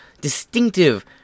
distinctive